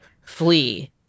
flee